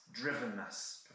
drivenness